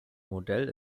modell